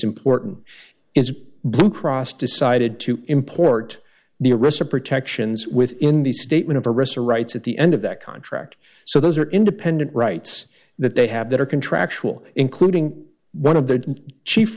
important is blue cross decided to import the rest of protections within the statement of a wrestler rights at the end of that contract so those are independent rights that they have that are contractual including one of the chief